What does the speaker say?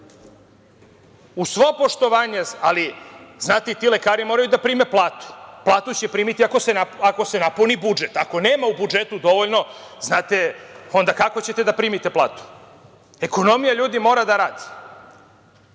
svo poštovanje, ali znate i ti lekari moraju da prime platu. Platu će primiti ako se napuni budžet. Ako nema u budžetu dovoljno, onda kako ćete da primite platu? Ekonomija, ljudi, mora da